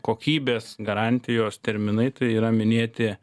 kokybės garantijos terminai tai yra minėti